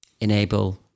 enable